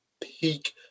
peak